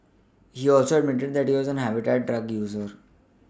he also admitted he was a habitual drug user